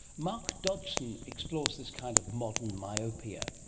mark dodgson explores this kind of modern myopia.